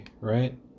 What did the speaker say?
right